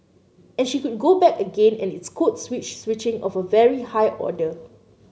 and she could go back again and it's code switch switching of a very high order